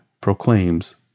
proclaims